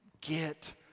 get